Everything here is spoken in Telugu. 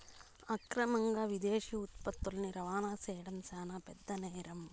అక్రమంగా విదేశీ ఉత్పత్తులని రవాణా చేయడం శాన పెద్ద నేరం